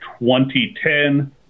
2010